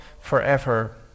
forever